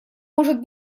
может